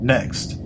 Next